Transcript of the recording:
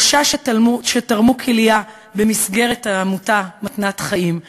שלושה שתרמו כליה במסגרת העמותה "מתנת חיים",